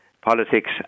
Politics